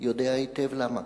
יודע היטב למה.